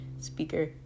Speaker